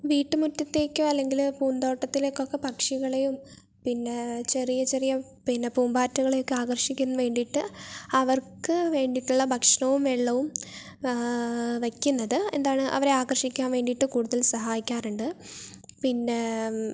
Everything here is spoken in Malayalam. വീട്ടുമുറ്റത്തേക്കോ അല്ലെങ്കില് പൂന്തോട്ടത്തിലേക്ക് ഒക്കെ പക്ഷികളെയും പിന്നെ ചെറിയ ചെറിയ പിന്നെ പൂമ്പാറ്റകളെയൊക്കെ ആകർഷിക്കുന്നതിനു വേണ്ടിയിട്ട് അവർക്കുവേണ്ടിയിട്ടുള്ള ഭക്ഷണവും വെള്ളവും വയ്ക്കുന്നത് എന്താണ് അവരെ ആകർഷിക്കാൻ വേണ്ടിയിട്ട് കൂടുതൽ സഹായിക്കാറുണ്ട് പിന്നെ